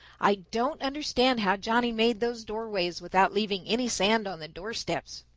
i don't understand how johnny made those doorways without leaving any sand on the doorsteps.